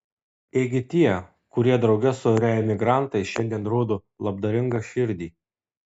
ėgi tie kurie drauge su reemigrantais šiandien rodo labdaringą širdį